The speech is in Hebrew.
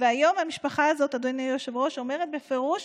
והיום המשפחה הזאת, אדוני היושב-ראש, אומרת בפירוש